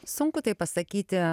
sunku tai pasakyti